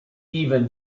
even